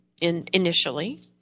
initially